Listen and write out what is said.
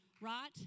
right